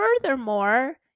furthermore